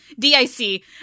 D-I-C